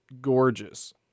gorgeous